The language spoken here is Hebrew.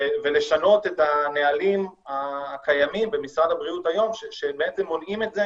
ולשנות את הנהלים הקיימים במשרד הבריאות היום שבעצם מונעים את זה